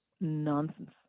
nonsense